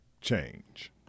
change